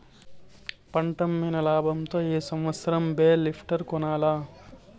పంటమ్మిన లాబంతో ఈ సంవత్సరం బేల్ లిఫ్టర్ కొనాల్ల